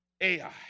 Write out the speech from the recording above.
Ai